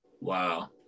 Wow